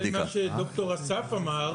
לגבי מה שד"ר אסף אמר,